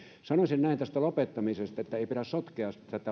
sanoisin tästä lopettamisesta että ei pidä sotkea